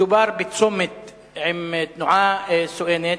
מדובר בצומת עם תנועה סואנת,